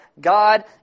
God